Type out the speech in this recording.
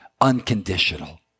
unconditional